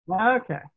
Okay